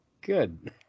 Good